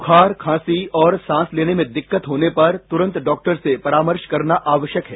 बुखार खांसी और सांस लेने में दिक्कत होने पर तुरंत डॉक्टर से परामर्श करना आवश्यक है